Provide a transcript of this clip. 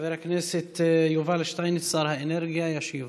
חבר הכנסת יובל שטייניץ, שר האנרגיה, ישיב.